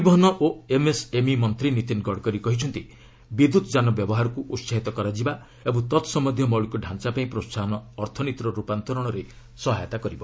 ପରିବହନ ଓ ଏମ୍ଏସ୍ଏମ୍ଇ ମନ୍ତ୍ରୀ ନୀତିନ୍ ଗଡ଼କରୀ କହିଛନ୍ତି ବିଦ୍ୟତ୍ ଯାନ ବ୍ୟବହାରକ୍ ଉତ୍ସାହିତ କରାଯିବା ଏବଂ ତତ୍ସମ୍ୟନ୍ଧୀୟ ମୌଳିକ ଡାଞ୍ଚା ପାଇଁ ପ୍ରୋହାହନ ଅର୍ଥନୀତିର ରୂପାନ୍ତରଣରେ ସହାୟତା କରିବ